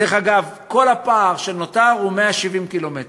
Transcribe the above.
דרך אגב, כל הפער שנותר הוא 170 קילומטר.